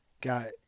got